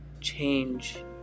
change